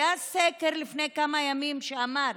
היה סקר לפני כמה ימים שאמר: